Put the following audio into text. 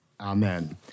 Amen